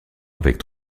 avec